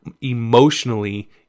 emotionally